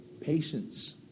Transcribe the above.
Patience